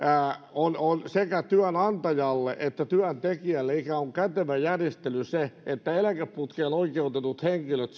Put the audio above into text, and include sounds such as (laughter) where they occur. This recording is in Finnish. sekä työnantajalle että työntekijälle on ikään kuin kätevä järjestely se että eläkeputkeen oikeutetut henkilöt (unintelligible)